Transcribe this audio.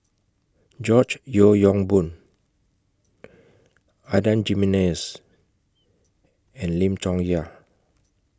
George Yeo Yong Boon Adan Jimenez and Lim Chong Yah